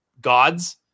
gods